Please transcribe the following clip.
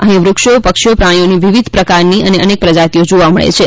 અહીં વૃક્ષોપક્ષીઓ પ્રાણીઓની વિવીધ પ્રકારની અનેક પ્રજાતીઓ જોવા મળે છે